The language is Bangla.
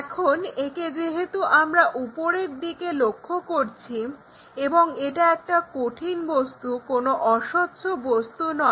এখন একে যেহেতু আমরা উপরের দিকে লক্ষ্য করছি এবং এটা একটা কঠিন বস্তু কোনো অস্বচ্ছ বস্তুর নয়